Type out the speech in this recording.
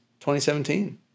2017